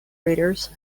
readers